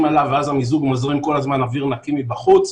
עליו ואז המיזוג מזרים כל הזמן אוויר נקי מבחוץ.